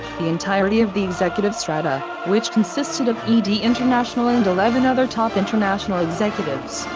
the entirety of the executive strata, which consisted of ed international and eleven other top international executives,